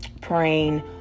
praying